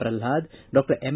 Pralhad doctor M